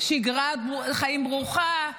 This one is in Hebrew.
שגרת חיים ברוכה,